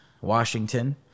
Washington